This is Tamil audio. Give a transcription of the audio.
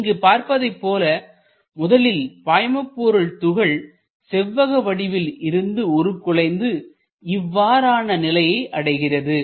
இங்கு பார்ப்பதைப் போல முதலில் பாய்மபொருள் துகள் செவ்வக வடிவில் இருந்து உருகுலைந்து இவ்வாறான நிலையை அடைகிறது